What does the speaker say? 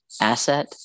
asset